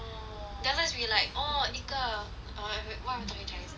then at first like we orh 一个 err why am I talking chinese it's korean